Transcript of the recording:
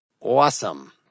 Awesome